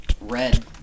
red